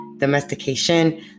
domestication